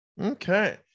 Okay